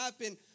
happen